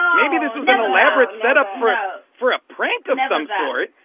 maybe this is an elaborate setup for a prank of some sort.